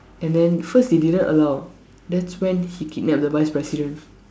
and then first they didn't allow that's when he kidnap the vice president